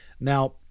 Now